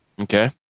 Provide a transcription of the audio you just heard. Okay